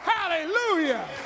Hallelujah